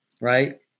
Right